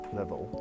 level